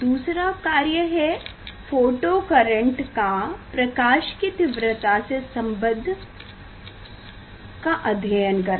दूसरा कार्य है फोटो करेंट का प्रकाश की तीव्रता से संबंध का अध्ययन करना